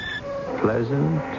pleasant